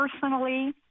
personally